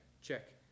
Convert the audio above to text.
check